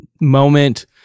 moment